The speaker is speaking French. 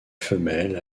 femelle